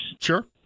Sure